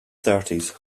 thirties